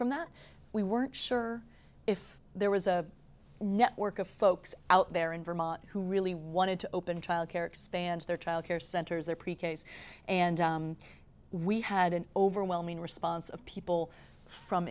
from that we weren't sure if there was a network of folks out there in vermont who really wanted to open childcare expand their childcare centers there and we had an overwhelming response of people from